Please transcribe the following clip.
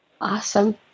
Awesome